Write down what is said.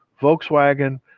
Volkswagen